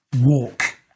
walk